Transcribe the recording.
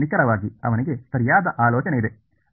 ನಿಖರವಾಗಿ ಅವನಿಗೆ ಸರಿಯಾದ ಆಲೋಚನೆ ಇದೆ